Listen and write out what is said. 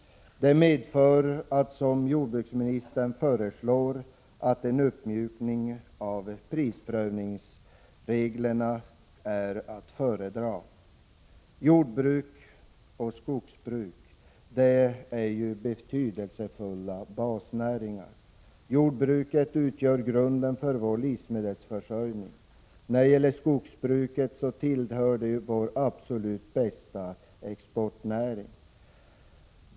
Det medför att en uppmjukning av prisprövningsreglerna är att föredra, vilket — Prot. 1986/87:132 jordbruksministern också föreslår. Jordbruk och skogsbruk är betydelsefulla 27 maj 1987 basnäringar. Jordbruket utgör grunden för vår livsmedelsförsörjning och skogsbruket tillhör en av våra absolut bästa exportnäringar.